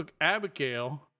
Abigail